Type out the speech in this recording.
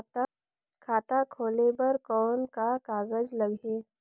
खाता खोले बर कौन का कागज लगही?